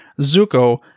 zuko